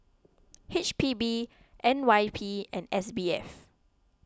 H P B N Y P and S B F